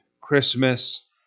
Christmas